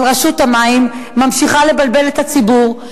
אבל רשות המים ממשיכה לבלבל את הציבור,